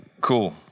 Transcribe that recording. Cool